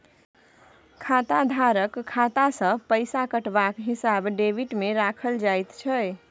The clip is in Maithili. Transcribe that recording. खाताधारकक खाता सँ पैसा कटबाक हिसाब डेबिटमे राखल जाइत छै